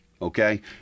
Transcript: Okay